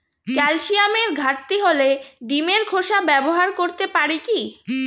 ক্যালসিয়ামের ঘাটতি হলে ডিমের খোসা ব্যবহার করতে পারি কি?